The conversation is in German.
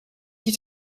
die